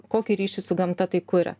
kokį ryšį su gamta tai kuria